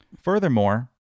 Furthermore